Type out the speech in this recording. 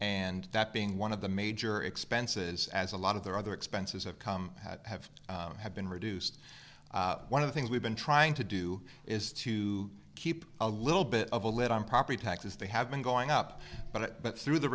and that being one of the major expenses as a lot of their other expenses have come have had been reduced one of the things we've been trying to do is to keep a little bit of a lid on property taxes they have been going up but through the